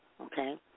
okay